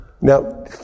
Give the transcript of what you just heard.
now